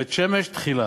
בית-שמש תחילה.